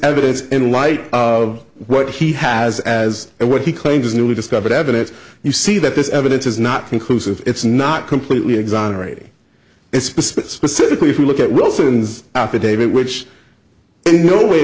evidence in light of what he has as what he claims is newly discovered evidence you see that this evidence is not conclusive it's not completely exonerated it's specifically if you look at wilson's affidavit which no way